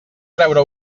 treure